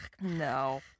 No